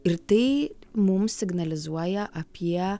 ir tai mums signalizuoja apie